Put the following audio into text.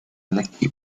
lekki